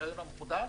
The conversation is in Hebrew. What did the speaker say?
הזיכיון המחודש